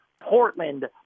Portland